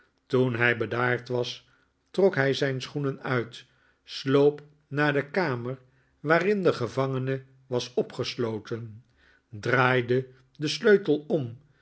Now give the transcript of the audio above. toen hij bedaard was trok hij zijn schoenen uit sloop naar de kamer waarin de gevangene was opgesloten draaide den sleutel om